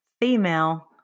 female